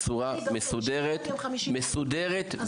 בצורה מסודרת ומכבדת.